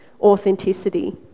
authenticity